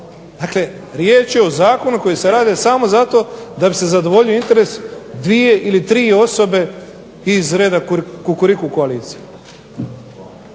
Dakle, riječ je o zakonu koji se rade samo zato da bi se zadovoljio interes dvije ili tri osobe iz reda Kukuriku koalicije.